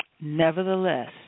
Nevertheless